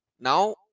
now